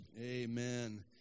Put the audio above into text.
Amen